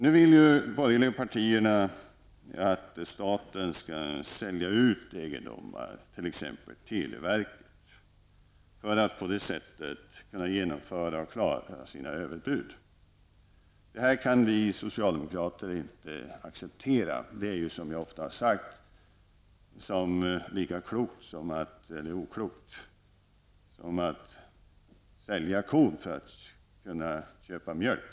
Nu vill de borgerliga partierna att staten skall sälja ut sina egendomar, t.ex. televerket, för att man på det sättet skall kunna genomföra sina överbud. Detta kan vi socialdemokrater inte acceptera. Som jag ofta har sagt vore det lika klokt som att sälja kon för att kunna köpa mjölk.